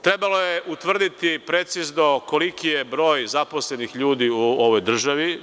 Trebalo je utvrditi precizno koliki je broj zaposlenih ljudi u ovoj državi?